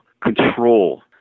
control